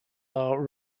are